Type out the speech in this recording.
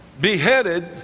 beheaded